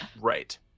Right